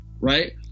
right